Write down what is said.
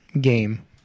game